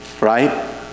Right